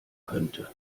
könnte